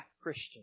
Christian